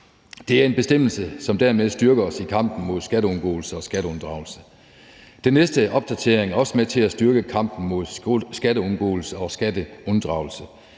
Det er en bestemmelse, som dermed styrker os i kampen mod skatteundgåelse og skatteunddragelse. Den næste opdatering er også med til at styrke kampen mod skatteundgåelse og skatteunddragelse.